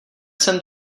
jsem